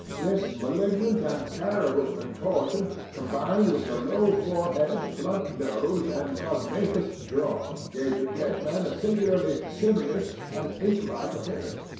this malignant and terrible contortion, combined with the low forehead, blunt nose, and prognathous jaw gave the dead man a singularly simious and ape-like appearance,